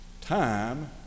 Time